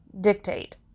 dictate